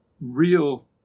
real